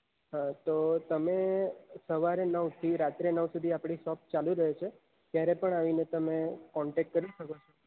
હા તો તમે સવારે નવથી રાત્રે નવ સુધી આપણી શોપ ચાલુ રહે છે ક્યારે પણ આવીને તમે કોન્ટેક્ટ કરી શકો છો